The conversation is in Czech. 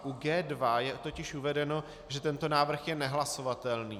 U G2 je totiž uvedeno, že tento návrh je nehlasovatelný.